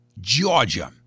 Georgia